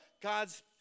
God's